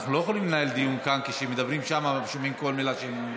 אנחנו לא יכולים לנהל דיון כאן כשמדברים שם ושומעים כל מילה שהם אומרים.